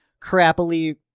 crappily